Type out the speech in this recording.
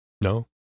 No